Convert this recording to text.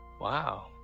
Wow